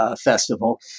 festival